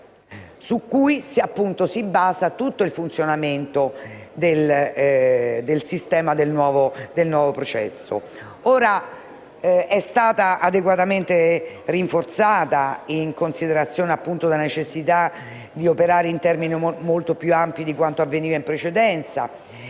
su cui si basa il funzionamento del sistema del nuovo processo. La rete informatica è stata adeguatamente rinforzata, in considerazione della necessità di operare in termini molto più ampi di quanto avveniva in precedenza?